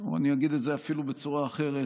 אני אגיד את זה אפילו בצורה אחרת,